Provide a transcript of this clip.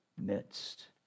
midst